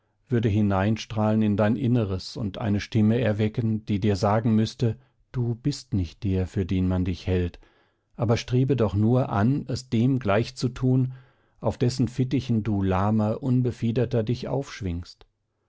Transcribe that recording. würde hineinstrahlen in dein inneres und eine stimme erwecken die dir sagen müßte du bist nicht der für den man dich hält aber strebe doch nur an es dem gleichzutun auf dessen fittichen du lahmer unbefiederter dich aufschwingst